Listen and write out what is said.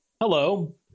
Hello